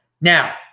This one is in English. Now